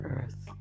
Earth